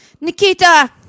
Nikita